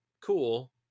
cool